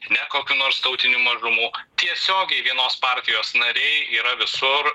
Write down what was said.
ne kokių nors tautinių mažumų tiesiogiai vienos partijos nariai yra visur